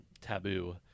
taboo